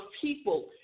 people